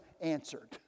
answered